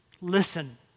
listen